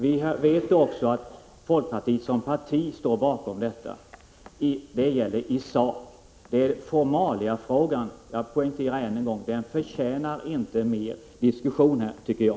Vi vet också att folkpartiet som parti står bakom detta. Det gäller i sak. Formaliafrågan — jag poängterar det än en gång — förtjänar inte mer diskussion här, tycker jag.